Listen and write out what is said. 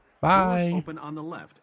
Bye